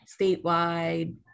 statewide